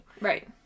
Right